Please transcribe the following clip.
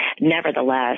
nevertheless